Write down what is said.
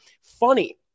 funny